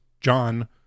John